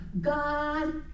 God